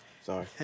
Sorry